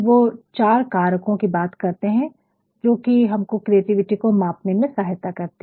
वो चार कारकों की बात करते हैं जो कि हमको क्रिएटिविटी को मापने में सहायता कर सकती है